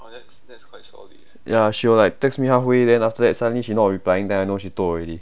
ya she will like text me halfway then after that suddenly she not replying then I know she toh already